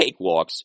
cakewalks